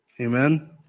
Amen